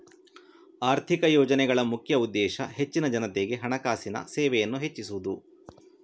ಆರ್ಥಿಕ ಯೋಜನೆಗಳ ಮುಖ್ಯ ಉದ್ದೇಶ ಹೆಚ್ಚಿನ ಜನತೆಗೆ ಹಣಕಾಸಿನ ಸೇವೆಯನ್ನ ಹೆಚ್ಚಿಸುದು